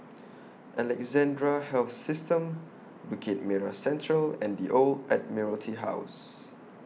Alexandra Health System Bukit Merah Central and The Old Admiralty House